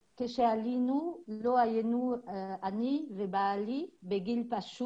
כשעלינו, בעלי ואני לא היינו בגיל קל,